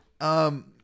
Um-